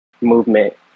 movement